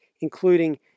including